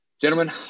gentlemen